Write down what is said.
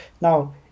now